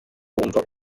wumva